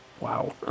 Wow